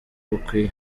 bukwiye